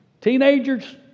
teenagers